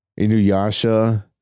Inuyasha